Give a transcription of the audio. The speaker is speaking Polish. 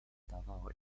udawało